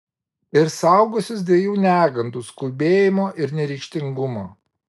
ir saugosiuos dviejų negandų skubėjimo ir neryžtingumo